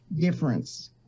difference